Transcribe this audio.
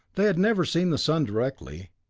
they had never seen the sun directly,